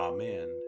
Amen